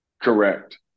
Correct